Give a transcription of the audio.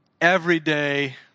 everyday